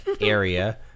area